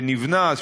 שנבנה,